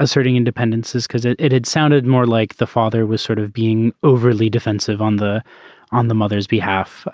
asserting independence is because it it had sounded more like the father was sort of being overly defensive on the on the mother's behalf.